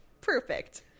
perfect